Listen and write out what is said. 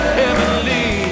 heavenly